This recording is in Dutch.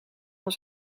van